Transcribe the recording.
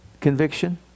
conviction